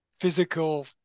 physical